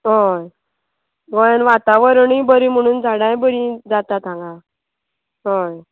हय गोंयान वातावरणूय बरीं म्हणून झाडांय बरीं जाता हांगा हय